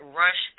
rush